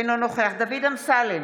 אינו נוכח דוד אמסלם,